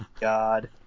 god